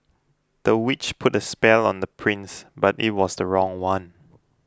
the witch put a spell on the prince but it was the wrong one